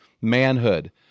Manhood